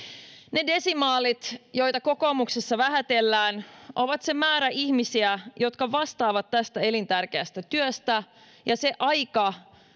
ne desimaalit joita kokoomuksessa vähätellään ovat se määrä ihmisiä jotka vastaavat tästä elintärkeästä työstä ja se aika